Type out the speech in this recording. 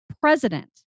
president